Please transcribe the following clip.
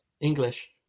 English